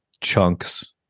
chunks